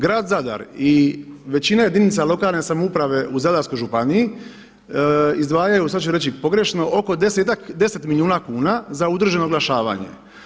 Grad Zadar i većina jedinica lokalne samouprave u Zadarskoj županiji izdvajaju, sada ću reći pogrešno oko 10-ak, 10 milijuna kuna za udruženo oglašavanje.